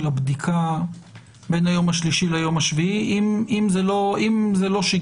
הבדיקה בין היום השלישי ליום השביעי אם זה לא שגרתי?